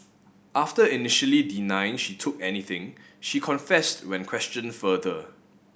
after initially denying she took anything she confessed when questioned further